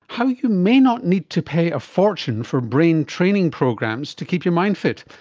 how you may not need to pay a fortune for brain training programs to keep your mind fit.